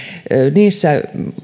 niissä